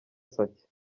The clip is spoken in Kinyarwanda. sake